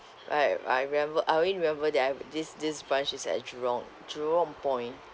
I I remember I only remember that I this this branch is at jurong jurong point